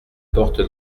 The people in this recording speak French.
porte